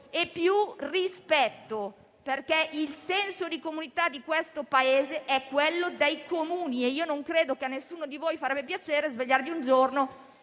e più rispetto, perché il senso di comunità di questo Paese è quello dei Comuni. Penso, infatti, che a nessuno di voi farebbe piacere svegliarsi un giorno